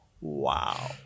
wow